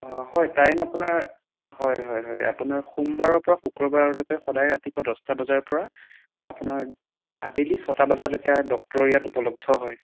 অঁ হয় টাইম আপোনাৰ হয় হয় হয় আপোনাৰ সোমবাৰৰ পৰা শুক্ৰবাৰলৈকে সদায় ৰাতিপুৱা দহটা বজাৰ পৰা আপোনাৰ আবেলি ছটা বজালৈকে ডক্তৰ ইয়াত উপলব্ধ হয়